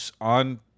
on